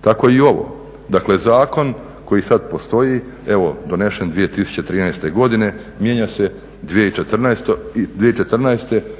Tako i ovo, dakle zakon koji sad postoji evo donesen 2013. godine mijenja se 2014.